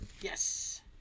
Yes